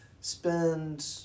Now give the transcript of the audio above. spend